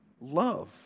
love